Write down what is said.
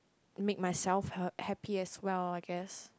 make myself h~ happy as well I guess